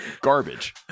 Garbage